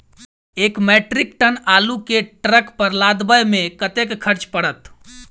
एक metric ton आलु केँ ट्रक पर लदाबै मे कतेक खर्च पड़त?